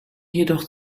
jedoch